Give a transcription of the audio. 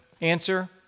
Answer